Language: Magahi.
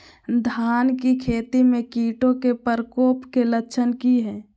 धान की खेती में कीटों के प्रकोप के लक्षण कि हैय?